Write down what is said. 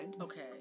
Okay